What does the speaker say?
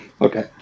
Okay